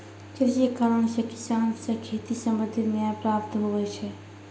कृषि कानून से किसान से खेती संबंधित न्याय प्राप्त हुवै छै